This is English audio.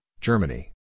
Germany